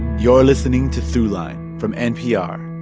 you're listening to throughline from npr.